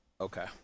okay